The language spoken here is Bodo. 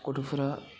गथ'फोरा